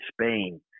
Spain